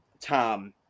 Tom